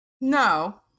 No